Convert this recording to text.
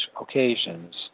occasions